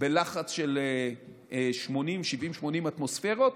בלחץ של 80-70 אטמוספרות,